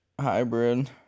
hybrid